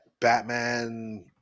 Batman